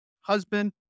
husband